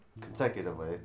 Consecutively